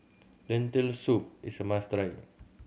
Lentil Soup is a must try